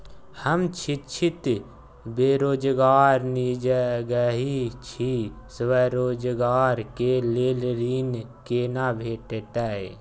हम शिक्षित बेरोजगार निजगही छी, स्वरोजगार के लेल ऋण केना भेटतै?